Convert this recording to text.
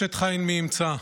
"אשת חיל מי ימצא"